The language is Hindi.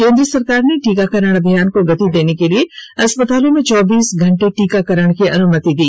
केंद्र सरकार ने टीकाकरण अभियान को गति देने के लिए अस्पतालों में चौबीसों घंटे टीकाकरण की अनुमति दी